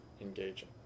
engaging